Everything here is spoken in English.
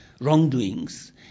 wrongdoings